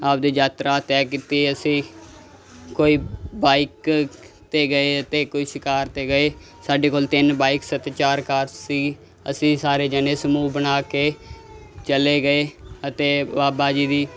ਆਪਣੀ ਯਾਤਰਾ ਤਹਿ ਕੀਤੀ ਅਸੀਂ ਕੋਈ ਬਾਈਕ 'ਤੇ ਗਏ ਅਤੇ ਕੋਈ ਸ਼ਿਕਾਰ 'ਤੇ ਗਏ ਸਾਡੇ ਕੋਲ ਤਿੰਨ ਬਾਈਕਸ ਅਤੇ ਚਾਰ ਕਾਰ ਸੀ ਅਸੀਂ ਸਾਰੇ ਜਣੇ ਸਮੂਹ ਬਣਾ ਕੇ ਚਲੇ ਗਏ ਅਤੇ ਬਾਬਾ ਜੀ ਦੀ